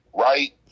right